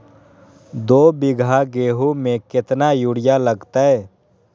दो बीघा गेंहू में केतना यूरिया लगतै?